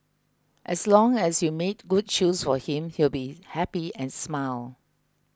as long as you made good choose for him he will be happy and smile